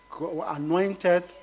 anointed